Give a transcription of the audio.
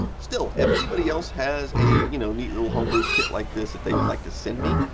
still, if anybody else has a you know neat little home-brew kit like this they'd like to send me,